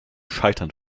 scheitern